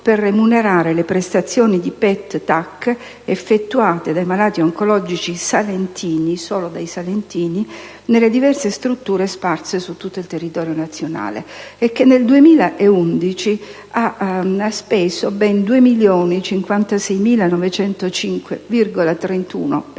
per remunerare le prestazioni di PET/TAC effettuate dai malati oncologici salentini - solo da questi - nelle diverse strutture sparse su tutto il territorio nazionale. Ricordo anche che nel 2011 ha speso ben 2.056.905,31